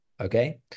okay